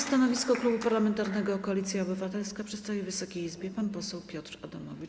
Stanowisko Klubu Parlamentarnego Koalicja Obywatelska przedstawi Wysokiej Izbie pan poseł Piotr Adamowicz.